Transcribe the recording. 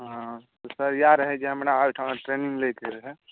sir इएह रहि जे हमरा ओहिठमा ट्रेनिंग लय कऽ रहय